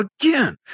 again